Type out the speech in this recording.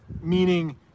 meaning